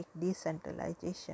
decentralization